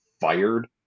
fired